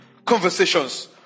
conversations